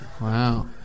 Wow